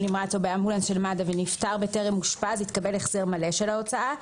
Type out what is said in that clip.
נמרץ או באמבולנס של מד"א ונפטר בטרם אושפז יתקבל החזר מלא של ההוצאה,